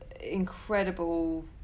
incredible